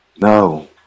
No